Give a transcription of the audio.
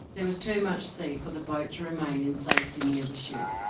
there was too much sea for the boat to remain in safety near the ship,